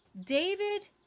David